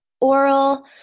oral